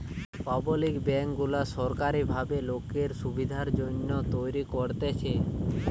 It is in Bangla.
পাবলিক বেঙ্ক গুলা সোরকারী ভাবে লোকের সুবিধার জন্যে তৈরী করতেছে